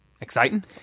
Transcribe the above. Exciting